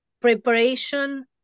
preparation